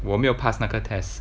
我没有 pass 那个 test